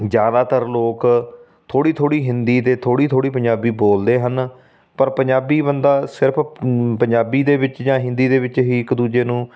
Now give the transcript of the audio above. ਜ਼ਿਆਦਾਤਰ ਲੋਕ ਥੋੜ੍ਹੀ ਥੋੜ੍ਹੀ ਹਿੰਦੀ ਅਤੇ ਥੋੜ੍ਹੀ ਥੋੜ੍ਹੀ ਪੰਜਾਬੀ ਬੋਲਦੇ ਹਨ ਪਰ ਪੰਜਾਬੀ ਬੰਦਾ ਸਿਰਫ ਪੰਜਾਬੀ ਦੇ ਵਿੱਚ ਜਾਂ ਹਿੰਦੀ ਦੇ ਵਿੱਚ ਹੀ ਇੱਕ ਦੂਜੇ ਨੂੰ